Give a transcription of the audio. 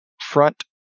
front